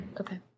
okay